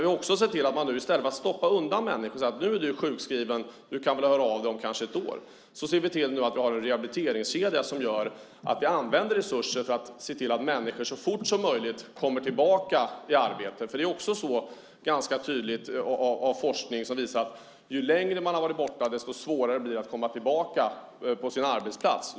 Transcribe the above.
I stället för att stoppa undan människor och säga att "nu är du sjukskriven, och du kan väl höra av dig om ett år" ser vi nu till att det finns en rehabiliteringskedja som gör att man använder resurser för att se till att människor så fort som möjligt kommer tillbaka i arbete. Det är också ganska tydligt, har forskning visat, att ju längre man har varit borta, desto svårare blir det att komma tillbaka till sin arbetsplats.